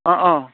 অঁ অঁ